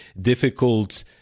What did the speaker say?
difficult